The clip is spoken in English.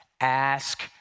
Ask